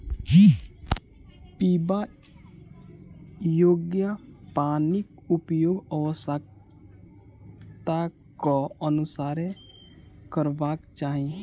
पीबा योग्य पानिक उपयोग आवश्यकताक अनुसारेँ करबाक चाही